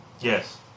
Yes